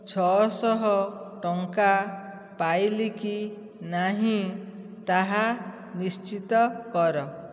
ଛଅଶହ ଟଙ୍କା ପାଇଲି କି ନାହିଁ ତାହା ନିଶ୍ଚିତ କର